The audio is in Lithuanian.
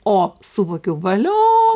o suvokiau valio